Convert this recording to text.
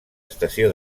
estació